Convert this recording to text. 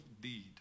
deed